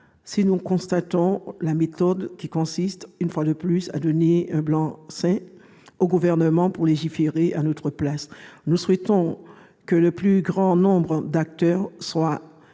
Si nous contestons la méthode qui consiste, une fois de plus, à donner un blanc-seing au Gouvernement pour légiférer à notre place, nous souhaitons que le plus grand nombre d'acteurs soient